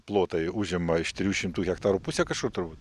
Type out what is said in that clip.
plotai užima iš trijų šimtų hektarų pusę kažkur turbūt